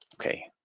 Okay